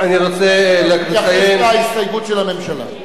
תתייחס להסתייגות של הממשלה.